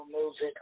music